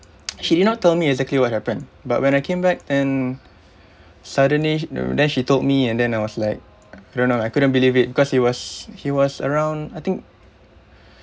she did not tell me exactly what happened but when I came back and suddenly sh~ then she told me and then I was like I don't know I couldn't believe it because he was he was around I think